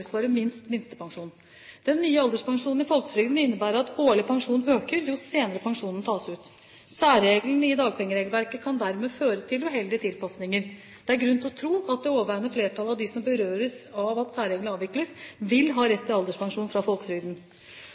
minst minstepensjon. Den nye alderspensjonen i folketrygden innebærer at årlig pensjon øker jo senere pensjonen tas ut. Særreglene i dagpengeregelverket kan dermed føre til uheldige tilpasninger. Det er grunn til å tro at det overveiende flertallet av dem som berøres av at særreglene avvikles, vil ha rett til alderspensjon fra folketrygden.